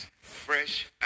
fresh